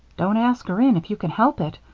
don't ask her in if you can help it,